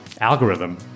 algorithm